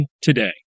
today